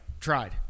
tried